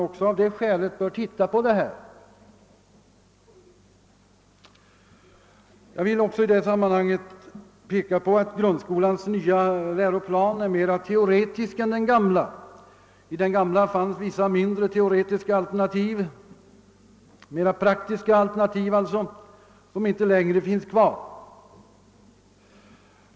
Också av det skälet bör man se närmare på saken. I detta sammanhang vill jag peka på att grundskolans nya läroplan är mera teoretisk än den gamla. I den gamla förekom vissa mindre teoretiska och mera praktiska alternativ, som inte längre finns kvar.